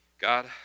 God